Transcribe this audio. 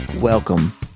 Welcome